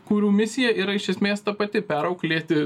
kurių misija yra iš esmės ta pati perauklėti